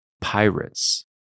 Pirates